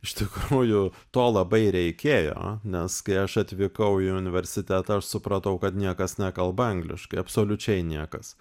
iš tikrųjų to labai reikėjo nes kai aš atvykau į universitetą aš supratau kad niekas nekalba angliškai absoliučiai niekas